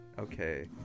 Okay